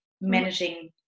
managing